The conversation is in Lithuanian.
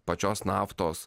pačios naftos